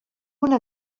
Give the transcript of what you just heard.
una